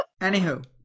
Anywho